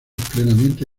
plenamente